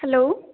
hello